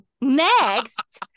next